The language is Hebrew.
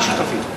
בלי שותפים.